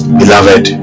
beloved